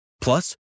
Plus